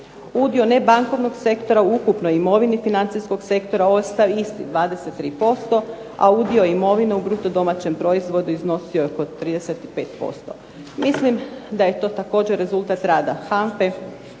Udio ne bankovnog sektora u ukupnoj imovini financijskog sektora ostao je isti 23%, a udio imovine u bruto domaćem proizvodu iznosi oko 35%. Mislim da je to također rezultat rada HANFA-e